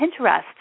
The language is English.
Pinterest